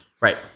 Right